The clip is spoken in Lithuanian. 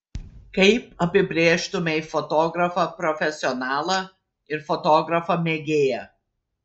kaip apibrėžtumei fotografą profesionalą ir fotografą mėgėją